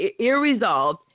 irresolved